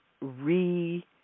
re